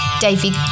David